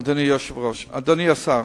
אדוני השר,